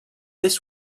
this